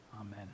Amen